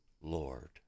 LORD